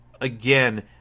again